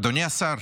אדוני השר,